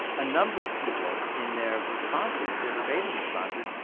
a number of people, in their responses, their verbatim responses,